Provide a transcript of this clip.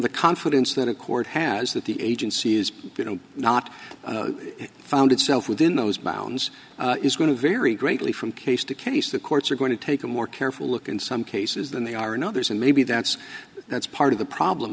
the confidence that a court has that the agency is not found itself within those bounds is going to vary greatly from case to case the courts are going to take a more careful look in some cases than they are in others and maybe that's that's part of the problem